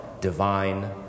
Divine